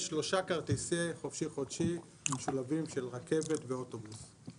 יש שלושה כרטיסי חופשי חודשי משולבים של רכבת ואוטובוס,